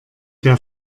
der